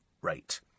rate